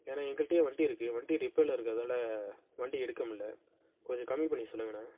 ஏன்னா எங்கள்கிட்டியே வண்டி இருக்கு வண்டி ரிப்பேரில் இருக்கு அதால வண்டி எடுக்க முடில கொஞ்சம் கம்மி பண்ணி சொல்லுங்கண்ணா